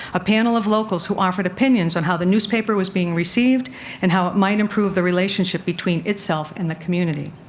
a panel of locals who offered opinions on how the newspaper was being received and how it might improve the relationship between itself and the community.